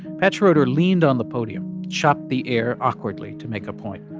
pat schroeder leaned on the podium, chopped the air awkwardly to make a point.